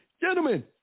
Gentlemen